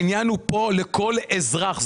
העניין הוא כאן לכל אזרח.